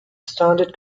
standard